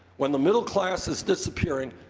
when the middle class is disappearing,